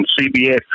CBS